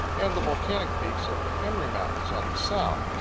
and the volcanic peaks of the henry mountains on the south.